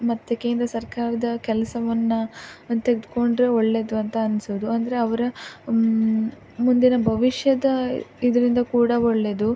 ಮತ್ತು ಕೇಂದ್ರ ಸರ್ಕಾರದ ಕೆಲ್ಸವನ್ನು ತೆಗೆದ್ಕೊಂಡ್ರೆ ಒಳ್ಳೆಯದು ಅಂತ ಅನ್ನಿಸೋದು ಅಂದರೆ ಅವರ ಮುಂದಿನ ಭವಿಷ್ಯದ ಇದರಿಂದ ಕೂಡ ಒಳ್ಳೆಯದು